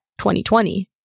2020